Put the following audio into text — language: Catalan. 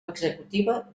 executiva